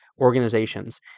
organizations